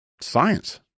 science